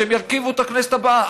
שהם ירכיבו את הכנסת הבאה.